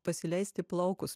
pasileisti plaukus